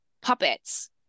puppets